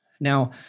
Now